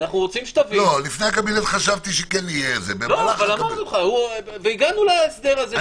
לפני הקבינט חשבתי שכן יהיה --- הגענו להסדר הזה שהגענו.